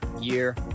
year